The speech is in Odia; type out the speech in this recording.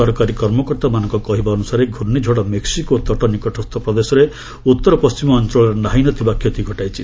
ସରକାରୀ କର୍ମକର୍ତ୍ତାମାନଙ୍କ କହିବା ଅନୁସାରେ ପ୍ରର୍ଷିଝଡ଼ ମେକ୍ଟିକୋ ତଟ ନିକଟସ୍ଥ ପ୍ରଦେଶର ଉତ୍ତର ପଣ୍ଢିମ ଅଞ୍ଚଳରେ ନାହିଁ ନ ଥିବା କ୍ଷତି ଘଟାଇଛି